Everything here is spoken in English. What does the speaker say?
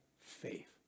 faith